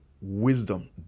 wisdom